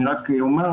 אני רק אומר,